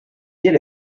did